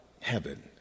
heaven